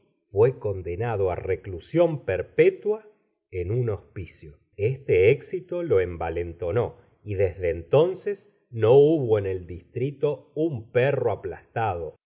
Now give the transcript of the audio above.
fué condenado á reclusión perpetua en un hospicio este éxito lo envalentonó y desde entonces no hubo en el distrito un perro aplastado